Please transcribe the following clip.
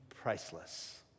priceless